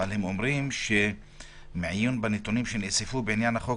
אבל הם אומרים שמעיון בנתונים שנאספו בעניין החוק,